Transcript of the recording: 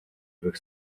буйг